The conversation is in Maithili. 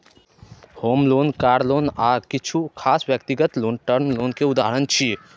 होम लोन, कार लोन आ किछु खास व्यक्तिगत लोन टर्म लोन के उदाहरण छियै